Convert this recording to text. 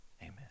Amen